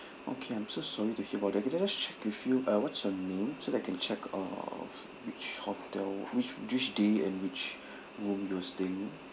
okay I'm so sorry to hear about that could I just check with you uh what's your name so that I can check uh of which hotel which which day and which room you're staying